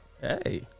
hey